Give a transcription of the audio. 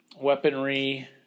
weaponry